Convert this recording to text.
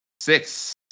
six